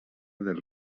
del